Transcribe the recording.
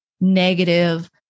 negative